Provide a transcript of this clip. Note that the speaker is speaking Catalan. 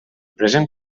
present